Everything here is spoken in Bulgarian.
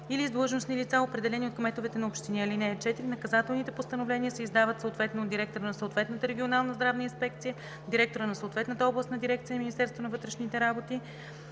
или длъжностни лица, определени от кметовете на общини. (4) Наказателните постановления се издават съответно от директора на съответната регионална здравна инспекция, директора на съответната областна дирекция на Министерството на вътрешните работи